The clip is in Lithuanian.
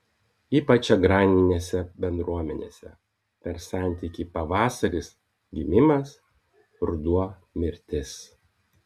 ypač agrarinėse bendruomenėse per santykį pavasaris gimimas ruduo mirtis